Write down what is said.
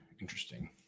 Interesting